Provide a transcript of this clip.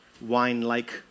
wine-like